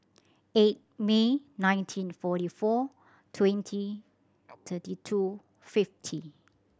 eight May nineteen forty four twenty thirty two fifty